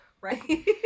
Right